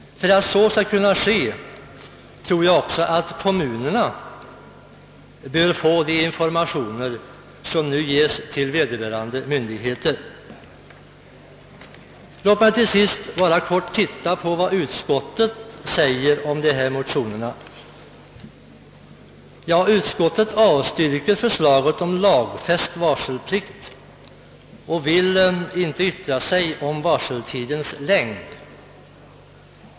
För att så skall kunna ske tror jag också att det är nödvändigt att kommunerna får de informationer som nu ges till vederbörande myndighet. Låt mig till sist bara helt kort granska vad utskottet skrivit om dessa motioner. Utskottet avstyrker förslaget om lagfäst varselplikt och yttrar sig inte om varseltidens längd.